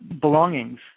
belongings